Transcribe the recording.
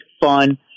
fun